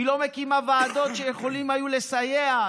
היא לא מקימה ועדות שיכולות היו לסייע,